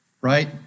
right